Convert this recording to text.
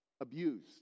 abused